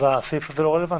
אז הסעיף הזה לא רלוונטי.